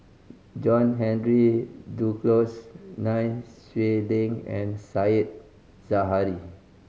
John Henry Duclos Nai Swee Leng and Said Zahari